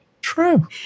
True